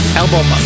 album